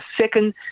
second